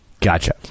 Gotcha